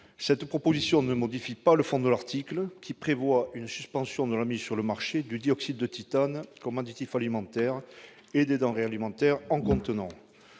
Cette proposition ne modifie pas le fond de l'article, qui prévoit une suspension de la mise sur le marché du dioxyde de titane comme additif alimentaire et des denrées alimentaires en contenant.